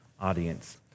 audience